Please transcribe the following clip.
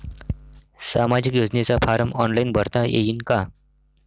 सामाजिक योजनेचा form online भरता येईन का?